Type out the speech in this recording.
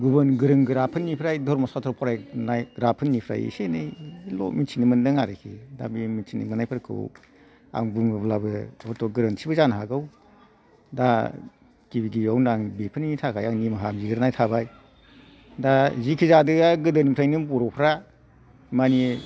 गुबुन गोरों गोराफोरनिफ्राइ धरम' सास्त्र फरायनाय ग्राफोरनिफ्राय एसे एनैल' मोनथिदों आरिखि दा बे मिथिनायफोरखौ आं बुङोब्लाबो हयथ' गोरोन्थिबो जानो हागौ दा गिबि गिबियावनो आं बेफोरनि थाखाय निमाहा बिगोरनाय थाबाय दा जिखि जादोआ गोदोनिफ्रायनो बर'फ्रा मानि